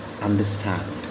understand